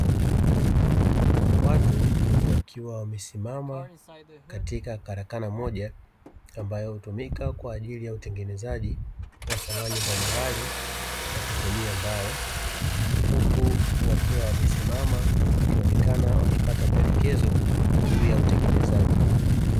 Watu wakiwa wamesimama katika karakana moja ambayo hutumika kwa ajili ya utengenezaji wa samani mbalimbali kwa kutumia mbao; huku wakiwa wamesimama wakionekana wakipata maelekezo juu ya utengenezaji.